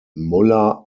muller